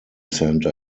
center